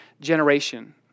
generation